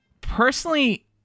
personally